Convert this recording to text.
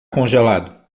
congelado